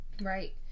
Right